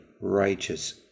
righteous